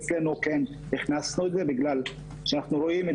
אצלנו כן הכנסנו את זה בגלל שאנחנו רואים את